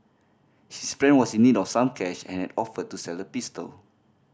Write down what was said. his friend was in need of some cash and had offered to sell the pistol